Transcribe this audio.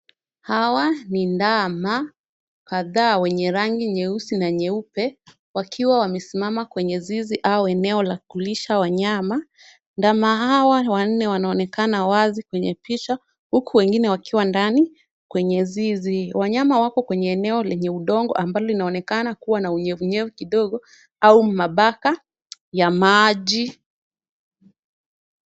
Hawa ni ndama kadhaa wenye rangi nyeusi na nyeupe wakiwa wamesimama kwenye zizi au eneo la kulisha wanyama. Ndama hawa wanne wanaonekana wazi kwenye picha, huku wengine wakiwa ndani kwenye zizi. Wanyama wako kwenye eneo lenye udongo ambalo inaonekana kuwa na unyevunyevu kidogo au mabaka ya maji.